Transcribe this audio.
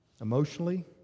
emotionally